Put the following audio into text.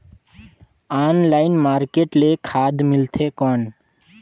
Online market ले खाद मिलथे कौन?